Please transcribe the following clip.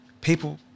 People